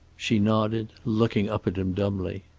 she nodded, looking up at him dumbly.